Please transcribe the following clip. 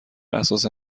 اساس